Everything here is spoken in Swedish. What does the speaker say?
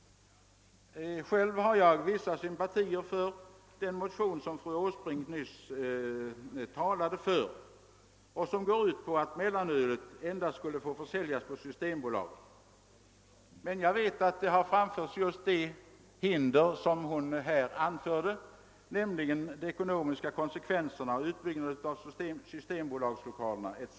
Själv har jag vissa sympatier för den motion som fru Åsbrink nyss talade för och som går ut på att mellanölet endast skulle få säljas på systembolagen. Jag vet emellertid att just de hinder har anförts som utskottet redovisar, dvs. de ekonomiska konsekvenserna såsom utbyggnad av systembolagslokalerna etc.